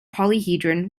polyhedron